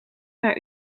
naar